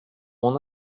mon